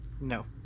No